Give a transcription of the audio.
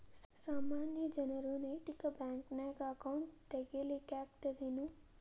ಸಾಮಾನ್ಯ ಜನರು ನೈತಿಕ ಬ್ಯಾಂಕ್ನ್ಯಾಗ್ ಅಕೌಂಟ್ ತಗೇ ಲಿಕ್ಕಗ್ತದೇನು?